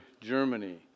Germany